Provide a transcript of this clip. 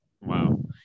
Wow